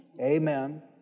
Amen